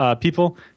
people